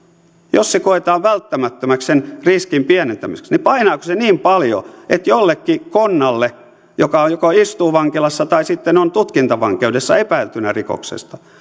jos se koetaan välttämättömäksi sen riskin pienentämiseksi niin painaako se niin paljon että jollekin konnalle joka joko istuu vankilassa tai sitten on tutkintavankeudessa epäiltynä rikoksesta